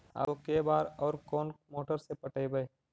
आलू के बार और कोन मोटर से पटइबै?